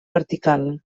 vertical